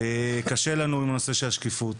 קשה לנו עם נושא השקיפות,